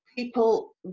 people